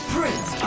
Prince